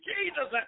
Jesus